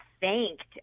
thanked